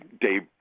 Dave